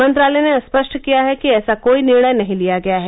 मंत्रालय ने स्पष्ट किया है कि ऐसा कोई निर्णय नहीं लिया गया है